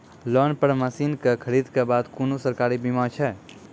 Loan पर मसीनऽक खरीद के बाद कुनू सरकारी बीमा छै?